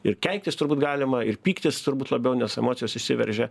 ir keiktis turbūt galima ir pyktis turbūt labiau nes emocijos išsiveržia